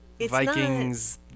Vikings